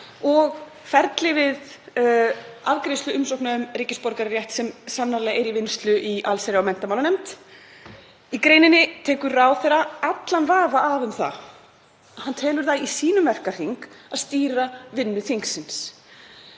ferli við afgreiðslu umsókna um ríkisborgararétt, sem sannarlega er í vinnslu í allsherjar- og menntamálanefnd. Í greininni tekur ráðherra af allan vafa um það að hann telur það í sínum verkahring að stýra vinnu þingsins.